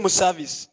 service